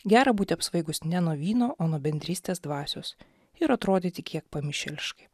gera būti apsvaigus ne nuo vyno o nuo bendrystės dvasios ir atrodyti kiek pamišėliškai